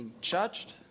judged